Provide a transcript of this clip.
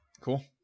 Cool